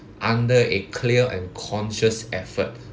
under a clear and conscious effort